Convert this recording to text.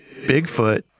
Bigfoot